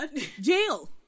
Jail